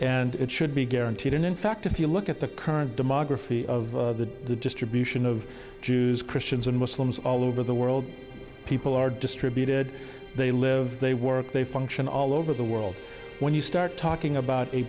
and it should be guaranteed and in fact if you look at the current demography of the distribution of jews christians and muslims all over the world people are distributed they live they work they function all over the world when you start talking about a